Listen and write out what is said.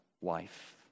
wife